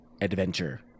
adventure